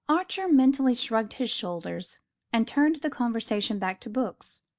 archer mentally shrugged his shoulders and turned the conversation back to books,